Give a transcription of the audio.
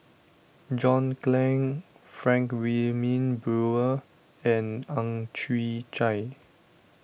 John Clang Frank Wilmin Brewer and Ang Chwee Chai